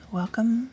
welcome